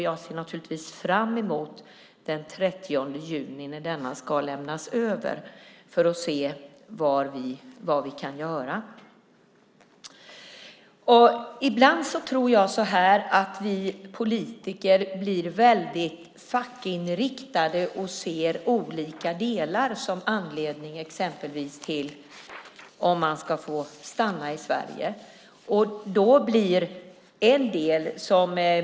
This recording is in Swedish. Jag ser naturligtvis fram emot den 30 juni när denna ska lämnas över för att se vad vi kan göra. Ibland tror jag att vi politiker blir väldigt fackinriktade och ser olika delar som anledning för att någon ska få stanna i Sverige.